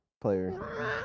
player